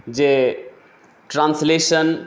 जे ट्रान्सलेशन